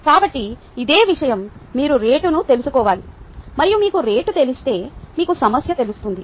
కాబట్టి ఇదే విషయం మీరు రేటును తెలుసుకోవాలి మరియు మీకు రేటు తెలిస్తే మీకు సమయం తెలుస్తుంది